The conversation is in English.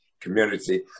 community